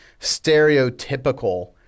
stereotypical